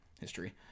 history